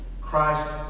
Christ